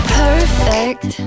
perfect